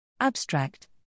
Abstract